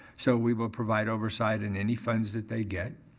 so we will provide oversight in any funds that they get.